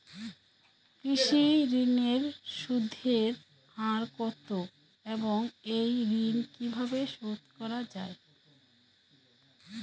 কৃষি ঋণের সুদের হার কত এবং এই ঋণ কীভাবে শোধ করা য়ায়?